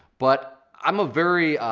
but i'm a very,